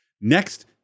Next